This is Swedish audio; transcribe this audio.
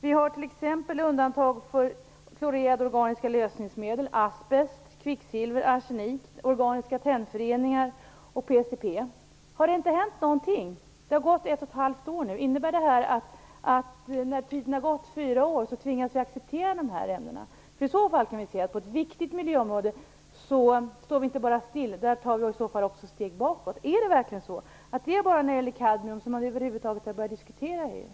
Vi har t.ex. undantag för klorerade organiska lösningsmedel, asbest, kvicksilver, arsenik, organiska tennföreningar och PCP. Har det inte hänt någonting? Det har nu gått ett och ett halvt år. Innebär det att när tiden har gått, fyra år, tvingas vi acceptera dessa ämnen? I så fall står vi inte bara still på ett viktigt miljöområde utan tar också ett steg bakåt. Är det verkligen så att det bara är kadmium som man över huvud taget har börjat diskutera i EU?